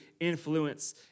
influence